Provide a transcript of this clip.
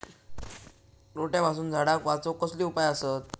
रोट्यापासून झाडाक वाचौक कसले उपाय आसत?